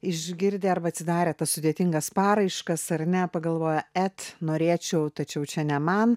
išgirdę arba atsidarę tas sudėtingas paraiškas ar ne pagalvojo et norėčiau tačiau čia ne man